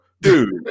Dude